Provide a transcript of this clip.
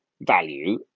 value